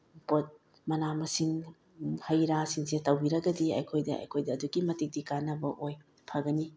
ꯄꯣꯠ ꯃꯅꯥ ꯃꯁꯤꯡ ꯍꯩꯔꯥꯁꯤꯡꯁꯦ ꯇꯧꯕꯤꯔꯒꯗꯤ ꯑꯩꯈꯣꯏꯗ ꯑꯩꯈꯣꯏꯗ ꯑꯗꯨꯛꯀꯤ ꯃꯇꯤꯛꯇꯤ ꯀꯥꯟꯅꯕ ꯑꯣꯏ ꯐꯒꯅꯤ